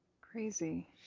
crazy